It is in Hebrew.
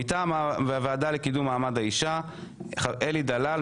מטעם הוועדה לקידום מעמד האישה: אלי דלל,